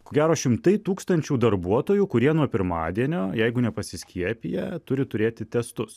ko gero šimtai tūkstančių darbuotojų kurie nuo pirmadienio jeigu nepasiskiepiję turi turėti testus